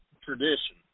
tradition